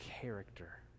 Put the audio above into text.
character